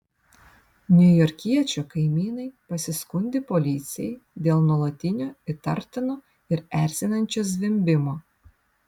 niujorkiečio kaimynai pasiskundė policijai dėl nuolatinio įtartino ir erzinančio zvimbimo